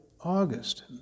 August